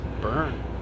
Burn